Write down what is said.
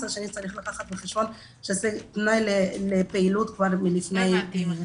מצד שני צריך לקחת בחשבון שזה תנאי לפעילות כבר מלפני --- למשל